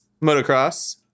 Motocross